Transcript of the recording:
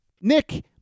Nick